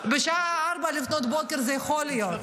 בשעה 4:00 לפנות בוקר זה יכול להיות,